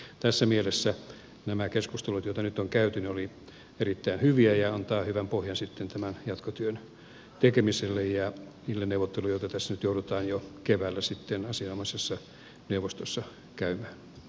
tässä mielessä nämä keskustelut joita nyt on käyty olivat erittäin hyviä ja antavat hyvän pohjan tämän jatkotyön tekemiselle ja niille neuvotteluille joita tässä nyt joudutaan jo keväällä asianomaisessa neuvostossa käymään